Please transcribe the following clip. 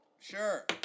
Sure